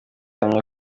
ahamya